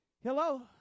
Hello